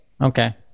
Okay